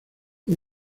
fue